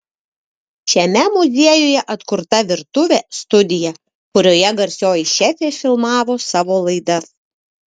šiame muziejuje atkurta virtuvė studija kurioje garsioji šefė filmavo savo laidas